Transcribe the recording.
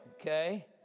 Okay